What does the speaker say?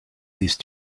these